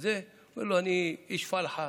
אומר לו: אני איש פלחה,